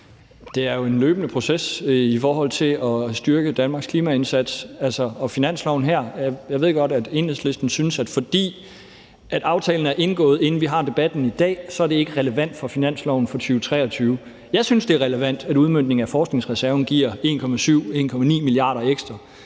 Det er jo en løbende proces at styrke Danmarks klimaindsats, også i forhold til finanslovsforslaget her. Jeg ved godt, at Enhedslisten synes, at fordi aftalen er indgået, inden vi har debatten i dag, er det ikke relevant for finansloven for 2023. Jeg synes, det er relevant, at udmøntningen af forskningsreserven giver 1,7-1,9 mia. kr. ekstra